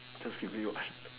just briefly watched